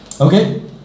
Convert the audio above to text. Okay